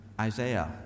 Isaiah